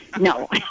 No